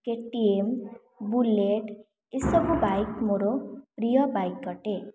KTM Bullet ଏସବୁ bike ମୋର ପ୍ରିୟ ବାଇକ୍ ଅଟେ